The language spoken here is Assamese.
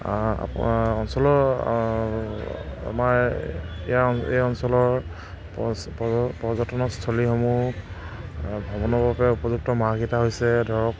আপোনাৰ অঞ্চলৰ আমাৰ এই অঞ্চলৰ পৰ্যটনৰ স্থলীসমূহ ভ্ৰমণৰ বাবে উপযুক্ত মাহকেইটা হৈছে ধৰক